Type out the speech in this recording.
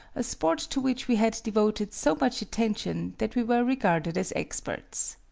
a sport to which we had devoted so much attention that we were regarded as experts.